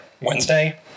Wednesday